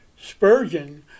Spurgeon